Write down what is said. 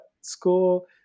school